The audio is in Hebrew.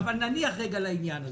נניח רגע לעניין הזה.